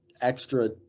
extra